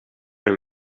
een